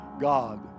God